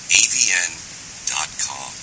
avn.com